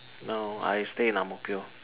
no I stay in Ang-Mo-Kio